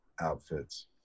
outfits